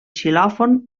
xilòfon